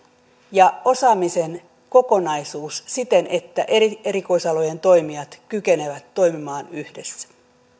ja osaamisen kokonaisuus siten että erikoisalojen toimijat kykenevät toimimaan yhdessä